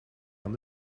aan